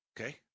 Okay